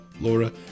laura